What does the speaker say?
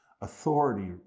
authority